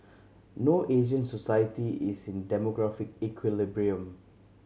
no Asian society is in demographic equilibrium